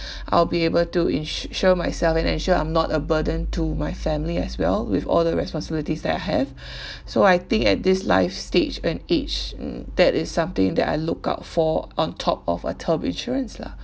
I'll be able to insu~ sure myself and ensure I'm not a burden to my family as well with all the responsibilities that I have so I think at this life stage when age um that is something that I look out for on top of a term insurance lah